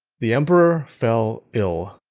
the emperor fell ill.